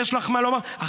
יש לך מה לומר?